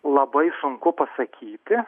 labai sunku pasakyti